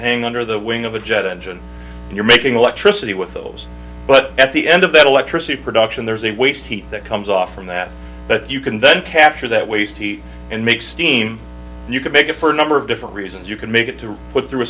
hang under the wing of a jet engine and you're making electricity with those but at the end of that electricity production there's a waste heat that comes off from that but you can then capture that waste heat and make steam and you can make it for a number of different reasons you can make it to put through a